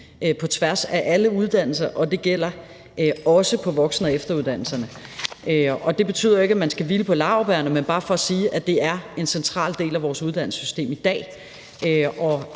på tværs af alle uddannelser. Og det gælder også på voksen- og efteruddannelserne. Det betyder jo ikke, at man skal hvile på laurbærrene, men det er bare for at sige, at det er en central del af vores uddannelsessystem i dag.